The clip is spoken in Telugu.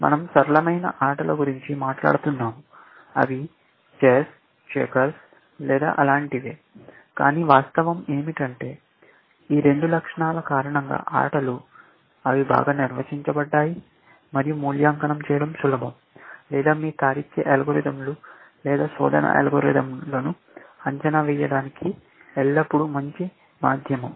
మన০ సరళమైన ఆటల గురించి మాట్లాడుతున్నాము అవి చెస్ చెక్కర్స్ లేదా అలాంటివే కానీ వాస్తవం ఏమిటంటే ఈ రెండు లక్షణాల కారణంగా ఆటలు అవి బాగా నిర్వచించబడ్డాయి మరియు మూల్యాంకనం చేయడం సులభం లేదా మీ తార్కిక అల్గోరిథంలు లేదా శోధన అల్గారిథమ్లను అంచనా వేయడానికి ఎల్లప్పుడూ మంచి మాధ్యమం